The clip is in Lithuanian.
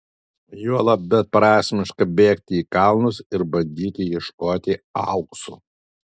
juolab beprasmiška bėgti į kalnus ar bandyti ieškoti aukso